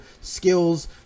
skills